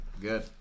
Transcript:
Good